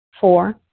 Four